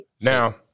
now